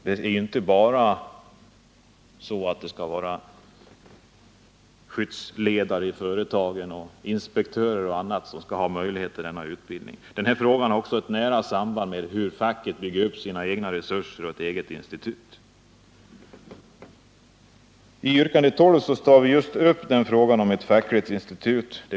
Det skall inte bara vara skyddsledare i företagen, inspektörer och andra som skall ha möjligheter till denna utbildning. Denna fråga har också ett nära samband med hur facket bygger upp sina egna resurser, t.ex. ett eget institut. I yrkandet 12 tar vi just upp frågan om ett fackligt institut.